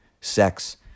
sex